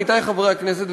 עמיתי חברי הכנסת,